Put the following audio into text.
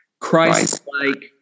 Christ-like